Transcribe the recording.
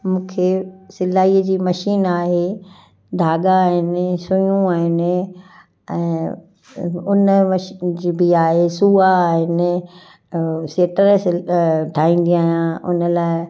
मूंखे सिलाईअ जी मशीन आहे धाॻा आहिनि सुयूं आहिनि ऐं उन मश जी बि आहे सूआ आहिनि सेटर सिल ठाहींदी आहियां उन लाइ